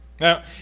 Now